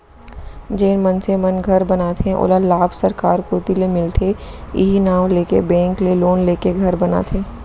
जेन मनसे मन घर बनाथे ओला लाभ सरकार कोती ले मिलथे इहीं नांव लेके बेंक ले लोन लेके घर बनाथे